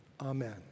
Amen